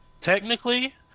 Technically